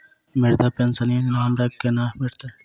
वृद्धा पेंशन योजना हमरा केना भेटत?